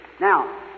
Now